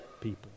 people